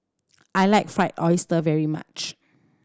I like Fried Oyster very much